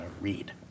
read